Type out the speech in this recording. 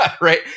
right